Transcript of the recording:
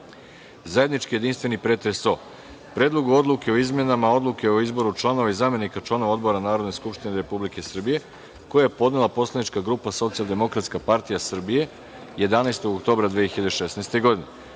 godine. Zajednički, jedinstveni pretres o Predlogu odluke o izmenama odluke o izboru članova i zamenika članova odbora Narodne skupštine Republike Srbije, koji je podnela poslanička grupa SDS 11. oktobra 2016. godine;